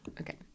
Okay